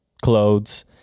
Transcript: clothes